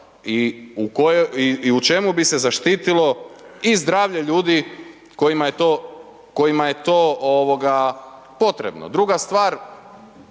i u čemu bi se zaštitilo i zdravlje ljudi kojima je to potrebno. Druga stvar,